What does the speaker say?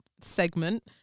segment